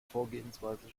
vorgehensweise